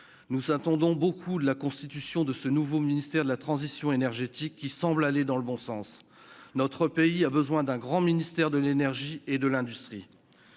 nous attendons beaucoup de la constitution de ce nouveau ministère de la transition énergétique qui semble aller dans le bon sens, notre pays a besoin d'un grand ministère de l'énergie et de l'industrie,